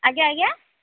ଆଜ୍ଞା ଆଜ୍ଞା